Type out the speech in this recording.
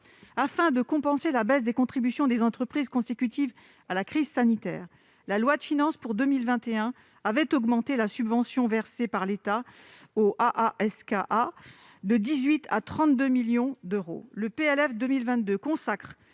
Afin de compenser la baisse des contributions des entreprises consécutive à la crise sanitaire, la loi de finances pour 2021 a porté la subvention versée par l'État aux AASQA de 18 à 32 millions d'euros.